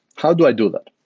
how do i do that?